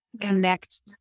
connect